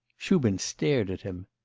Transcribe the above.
shubin stared at him.